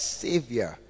savior